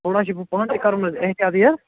تھوڑا چھُ بہٕ پانہٕ تہِ کَرُن حظ احتِیاطٕے حظ